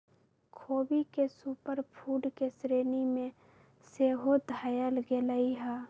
ख़ोबी के super food के श्रेणी में सेहो धयल गेलइ ह